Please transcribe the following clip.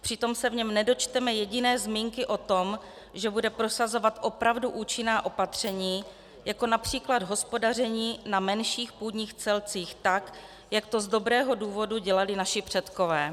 Přitom se v něm nedočteme jediné zmínky o tom, že bude prosazovat opravdu účinná opatření, jako například hospodaření na menších půdních celcích tak, jak to z dobrého důvodu dělali naši předkové.